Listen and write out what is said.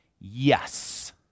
Yes